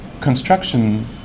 construction